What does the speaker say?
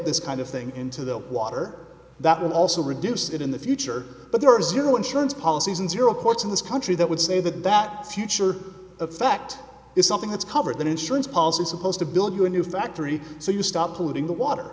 this kind of thing into the water that will also reduce it in the future but there are zero insurance policies in zero ports in this country that would say that that future effect it's something that's covered that insurance policy is supposed to build you a new factory so you stop polluting the water